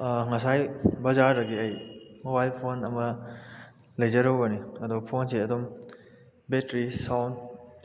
ꯉꯁꯥꯏ ꯕꯖꯥꯔꯗꯒꯤ ꯑꯩ ꯃꯣꯕꯥꯏꯜ ꯐꯣꯟ ꯑꯃ ꯂꯩꯖꯔꯨꯕꯅꯤ ꯑꯗꯣ ꯐꯣꯟꯁꯦ ꯑꯗꯨꯝ ꯕꯦꯠꯇ꯭ꯔꯤ ꯁꯥꯎꯟ